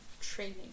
training